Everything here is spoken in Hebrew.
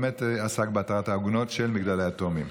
ובאמת עסק בהתרת העגונות של מגדלי התאומים.